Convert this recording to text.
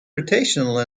rotational